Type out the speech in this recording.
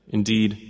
Indeed